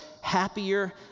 happier